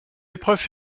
épreuves